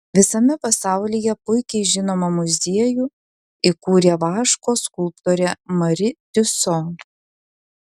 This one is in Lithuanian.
visame pasaulyje puikiai žinomą muziejų įkūrė vaško skulptorė mari tiuso